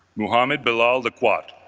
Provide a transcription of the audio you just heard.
muhammad bilal the quat,